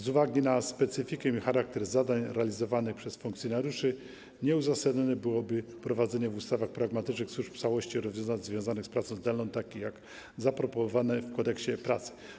Z uwagi na specyfikę i charakter zadań realizowanych przez funkcjonariuszy nieuzasadnione byłoby wprowadzenie w ustawach pragmatycznych służb całości rozwiązań związanych z pracą zdalną, które są zaproponowane w Kodeksie pracy.